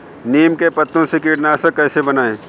नीम के पत्तों से कीटनाशक कैसे बनाएँ?